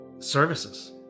services